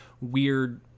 weird